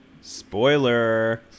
Spoiler